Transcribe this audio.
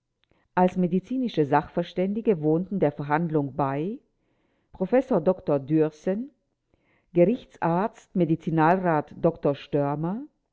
als medizinische sachverständige wohnten der verhandlung bei professor dr dührßen gerichtsarzt medizinalrat dr störmer